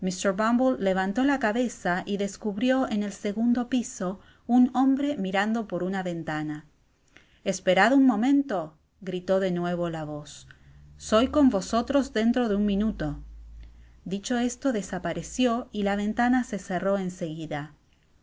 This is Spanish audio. bumble levantó la cabeza y descubrió eu el segundo piso uu hombre mirando por una ventana esperad un momento gritó de nuevo la voz soy con vosotros dentro un minuto dicho esto desapareció y la ventana se cerró en seguida